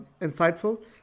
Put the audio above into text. insightful